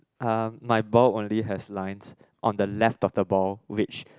um my ball only has lines on the left of the ball which